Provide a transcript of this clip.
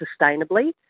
sustainably